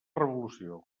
revolució